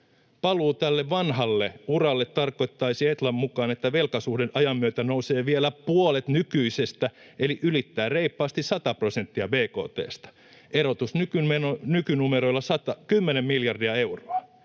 Paluu tälle vanhalle uralle tarkoittaisi Etlan mukaan, että velkasuhde ajan myötä nousee vielä puolet nykyisestä eli ylittää reippaasti 100 prosenttia bkt:stä, erotus nykynumeroilla 10 miljardia euroa.